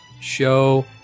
show